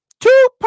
Two